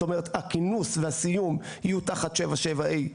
זאת אומרת, הכינוס והסיום יהיו תחת 7.7 ה',